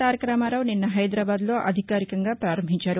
తారక రామారావు నిన్న హైదరాబాద్లో అధికారికంగా ప్రారంభించారు